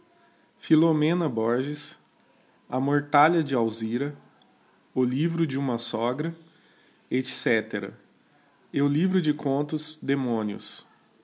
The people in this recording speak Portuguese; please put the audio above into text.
a tnor talha de alzira o livro de uma sogra etc e o livro de contos demónios